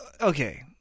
Okay